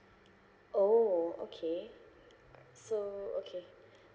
oh okay alright so okay